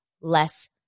less